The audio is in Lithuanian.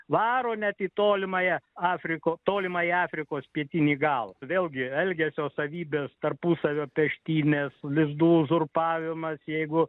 varo net į tolimąją afriko tolimąjį afrikos pietinį galą vėlgi elgesio savybės tarpusavio peštynės lizdų uzurpavimas jeigu